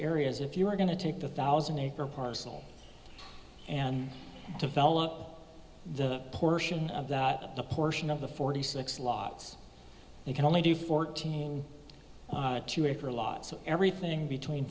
areas if you are going to take the thousand acre parcel and develop the portion of that a portion of the forty six logs you can only do fourteen a two acre lot so everything between